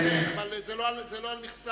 אבל זה לא על מכסה.